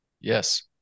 Yes